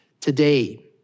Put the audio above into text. today